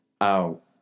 out